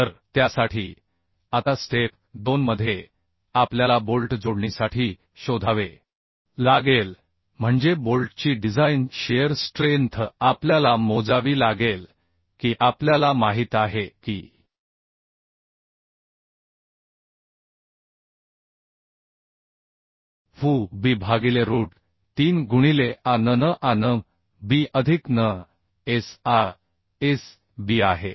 तर त्यासाठी आता स्टेप 2 मध्ये आपल्याला बोल्ट जोडणीसाठी शोधावे लागेल म्हणजे बोल्टची डिझाइन शिअर स्ट्रेंथ आपल्याला मोजावी लागेल की आपल्याला माहित आहे की Fu b भागिले रूट 3 गुणिले A n n A n b अधिक N s A s b आहे